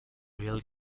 real